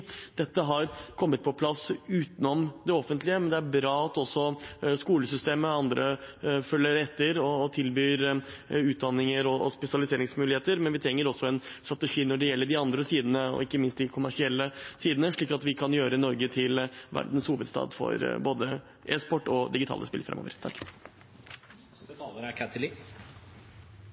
Dette er kommet på plass utenom det offentlige, men det er bra at også skolesystemet og andre følger etter og tilbyr utdanninger og spesialiseringsmuligheter. Men vi trenger også en strategi når det gjelder de andre sidene, ikke minst de kommersielle, slik at vi kan gjøre Norge til verdens hovedstad for både e-sport og digitale spill